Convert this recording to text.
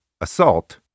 assault